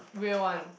real one